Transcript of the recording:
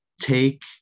take –